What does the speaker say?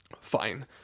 Fine